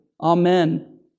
Amen